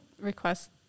request